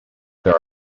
there